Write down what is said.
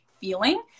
feeling